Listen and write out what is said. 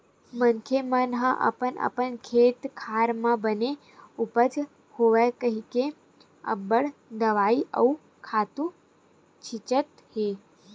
मनखे मन ह अपन अपन खेत खार म बने उपज होवय कहिके अब्बड़ दवई अउ खातू छितत हे